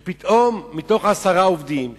פתאום, מתוך עשרה עובדים שקטים,